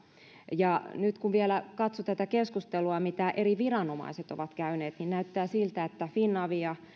ja nyt kun vielä katsoo tätä keskustelua mitä eri viranomaiset ovat käyneet niin näyttää siltä että finavia